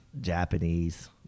Japanese